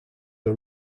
are